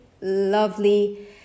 lovely